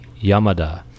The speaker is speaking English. Yamada